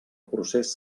procés